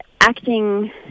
acting